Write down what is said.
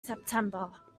september